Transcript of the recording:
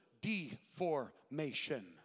deformation